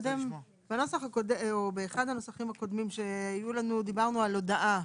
בנוסח הקודם או באחד הנוסחים הקודמים שהיו לנו דיברנו על הודעה,